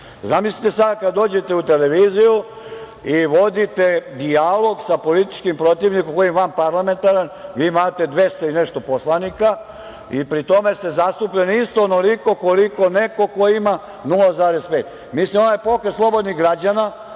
Zamislite sada kada dođete u televiziju i vodite dijalog sa političkim protivnikom koji je vanparlamentaran, vi imate 200 i nešto poslanika i pri tome ste zastupljeni isto onoliko koliko neko ko ima 0,5. Mislim na onaj Pokret slobodnih građana,